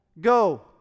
go